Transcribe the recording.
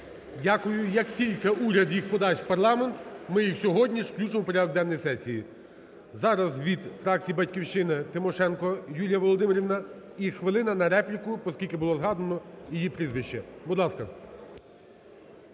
Дякую. Як тільки уряд їх подасть в парламент, ми їх сьогодні ж включимо в порядок денний сесії. Зараз від фракції "Батьківщина" Тимошенко Юлія Володимирівна. І хвилина на репліку, поскільки було згадано її прізвище. Будь ласка.